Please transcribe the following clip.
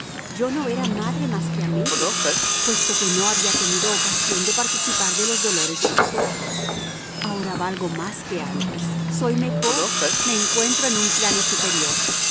yo no era madre más que a medias puesto que no había tenido ocasión de participar de los dolores de los otros ahora valgo más que antes soy mejor me encuentro en un plano superior